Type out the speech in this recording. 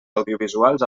audiovisuals